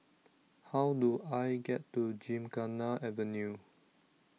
How Do I get to Gymkhana Avenue